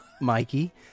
mikey